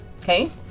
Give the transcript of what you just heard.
Okay